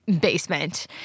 Basement